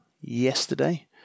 yesterday